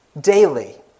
Daily